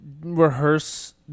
rehearse